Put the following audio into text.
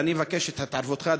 ואני מבקש את התערבותך,